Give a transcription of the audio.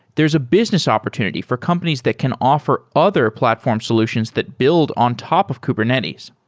there's a business opportunity for companies that can offer other platform solutions that build on top of kubernetes.